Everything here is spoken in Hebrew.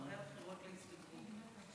אחרי הבחירות להסתדרות.